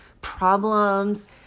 problems